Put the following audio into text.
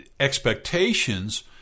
expectations